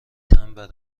تمبر